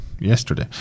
Yesterday